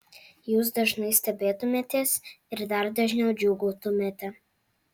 jūs dažnai stebėtumėtės ir dar dažniau džiūgautumėte